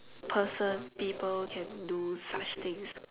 person people can do such things